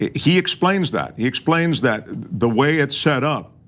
he he explains that, he explains that the way it's set up,